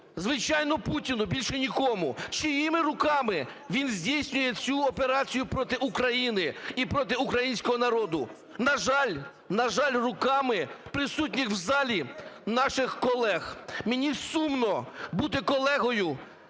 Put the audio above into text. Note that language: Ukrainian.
Звичайно, Путіну, більше нікому! Чиїми руками він здійснює цю операцію проти України і проти українського народу? На жаль… на жаль, руками присутніх в залі наших колег. Мені сумно бути колегою